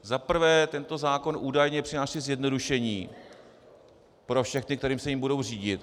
Za prvé, tento zákon údajně přináší zjednodušení pro všechny, kteří se jím budou řídit.